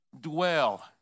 dwell